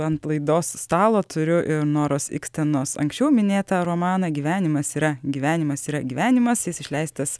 ant laidos stalo turiu noros ikstenos anksčiau minėtą romaną gyvenimas yra gyvenimas yra gyvenimas jis išleistas